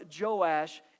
joash